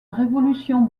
révolution